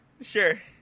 sure